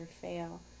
fail